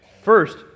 First